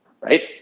right